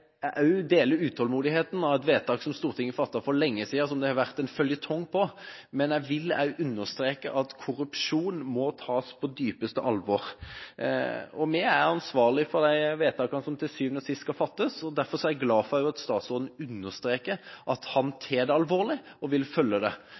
jeg litt usikker. Jeg deler utålmodigheten – Stortinget fattet et vedtak for lenge siden, som har gått som en føljetong. Men jeg vil understreke at korrupsjon må tas på dypeste alvor. Vi er ansvarlig for de vedtakene som til syvende og sist skal fattes. Derfor er jeg glad for at også statsråden understreker at han